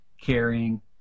carrying